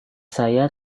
saya